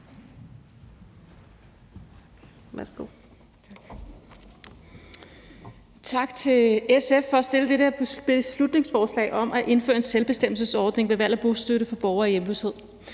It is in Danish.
Tak til SF for at fremsætte det her beslutningsforslag om at indføre en selvbestemmelsesordning ved valg af bostøtte for borgere i hjemløshed.